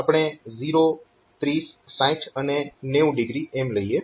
આપણે 0 30 60 અને 90o એમ લઈએ